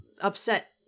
upset